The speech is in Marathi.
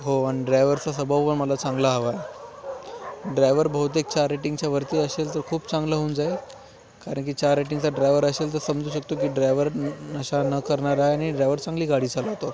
हो आणि ड्रायव्हरचा स्वभावपण मला चांगला हवा आहे ड्रायव्हर बहुतेक चार रेटिंगच्या वरती असेल तर खूप चांगलं होऊन जाईल कारण की चार रेटिंगचा ड्रायव्हर असेल तर समजू शकतो की ड्रायव्हर नशा न करणारा आहे आणि ड्रायव्हर चांगली गाडी चालवतो